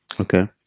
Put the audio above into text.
Okay